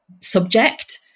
subject